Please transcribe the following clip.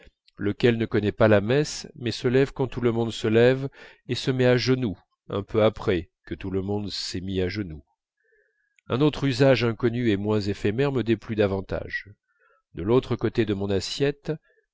lequel ne connaît pas la messe mais se lève quand tout le monde se lève et se met à genoux un peu après que tout le monde s'est mis à genoux un autre usage inconnu et moins éphémère me déplut davantage de l'autre côté de mon assiette